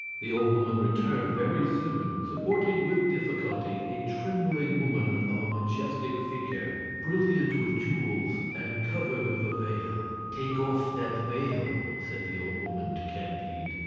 the old woman returned very soon, supporting with difficulty a trembling woman of a majestic figure, brilliant with jewels, and covered with a veil. take off that veil, said the old woman to candide.